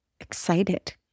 excited